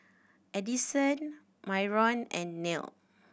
Addyson Myron and Nell